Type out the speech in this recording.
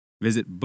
Visit